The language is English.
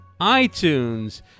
iTunes